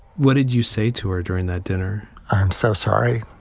what did you say to her during that dinner? i'm so sorry.